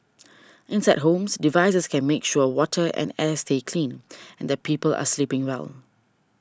inside homes devices can make sure water and air stay clean and that people are sleeping well